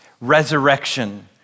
resurrection